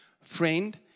Friend